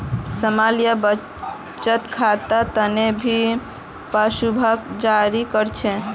small या बचत खातार तने भी पासबुकक जारी कर छे